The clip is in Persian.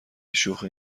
شوخی